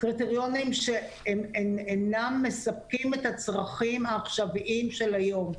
קריטריונים שאינם מספקים את הצרכים העכשוויים של היום.